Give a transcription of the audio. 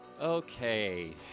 Okay